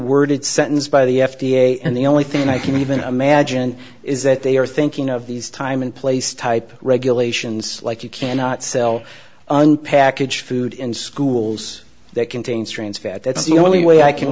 worded sentence by the f d a and the only thing i can even imagine is that they are thinking of these time and place type regulations like you cannot sell unpackaged food in schools that contains trans fat that's the only way i can